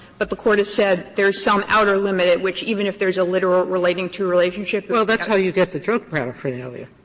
but the court has said there is some outer limit at which even if there's a literal relating to relationship that's how you get to drug paraphernalia,